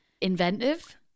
inventive